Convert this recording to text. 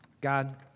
God